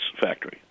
factory